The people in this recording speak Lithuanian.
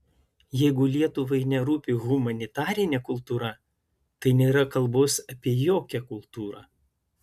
jeigu lietuvai nerūpi humanitarinė kultūra tai nėra kalbos apie jokią kultūrą